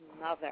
mother